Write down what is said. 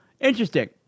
interesting